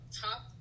top